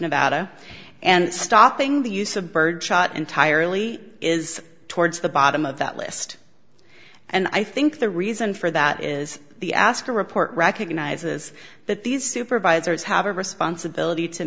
nevada and stopping the use of birdshot entirely is towards the bottom of that list and i think the reason for that is the asker report recognizes that these supervisors have a responsibility to